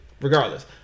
regardless